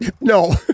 No